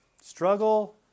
struggle